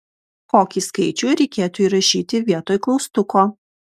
kokį skaičių reikėtų įrašyti vietoj klaustuko